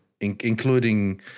including